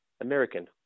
American